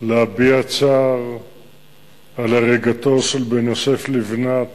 להביע צער על הריגתו של בן יוסף לבנת